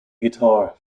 guitar